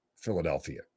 philadelphia